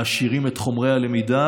מעשירים את חומרי הלמידה,